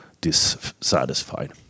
dissatisfied